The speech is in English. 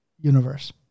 universe